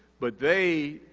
but they,